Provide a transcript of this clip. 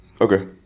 Okay